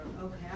okay